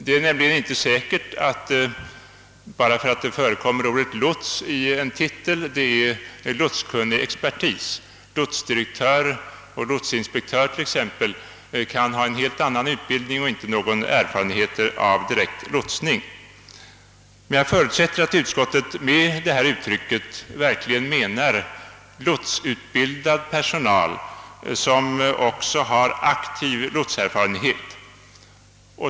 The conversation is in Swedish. Det är nämligen inte säkert att det är fråga om lotskunnig expertis bara därför att ordet lots förekommer i en titel. Lotsdirektör och lotsinspektör kan ha en helt annan utbildning och sakna erfarenhet av direkt lotsning. Jag förutsätter emellertid att utskottet med detta uttryck verkligen menar lotsutbildad personal som också har aktiv lotserfarenhet.